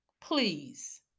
Please